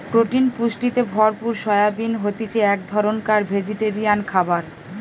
protein পুষ্টিতে ভরপুর soybean হতিছে এক ধরণকার ভেজিটেরিয়ান খাবার